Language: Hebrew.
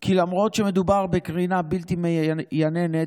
כי למרות שמדובר בקרינה בלתי מייננת,